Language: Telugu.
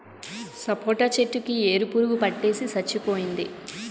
సపోటా చెట్టు కి ఏరు పురుగు పట్టేసి సచ్చిపోయింది